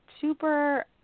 super